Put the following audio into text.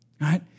right